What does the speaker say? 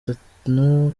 gatanu